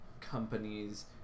companies